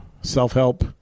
self-help